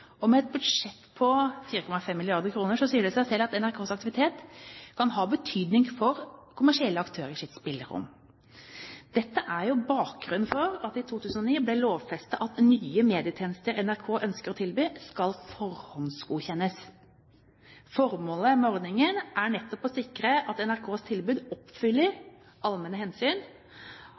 rammer. Med et budsjett på 4,5 mrd. kr sier det seg selv at NRKs aktiviteter kan ha betydning for kommersielle aktørers spillerom. Dette er bakgrunnen for at det i 2009 ble lovfestet at nye medietjenester NRK ønsker å tilby, skal forhåndsgodkjennes. Formålet med ordningen er nettopp å sikre at NRKs tilbud oppfyller allmenne hensyn,